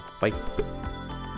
bye